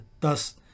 thus